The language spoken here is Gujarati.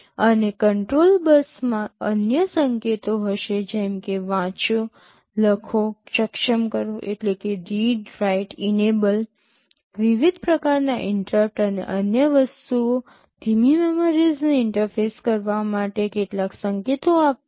અને કંટ્રોલ બસમાં અન્ય સંકેતો હશે જેમ કે વાંચો લખવો સક્ષમ કરો read write enable વિવિધ પ્રકારનાં ઇન્ટરપ્ટ અને અન્ય વસ્તુઓ ધીમી મેમરીસને ઇન્ટરફેસિંગ માટે કેટલાક સંકેતો આપવા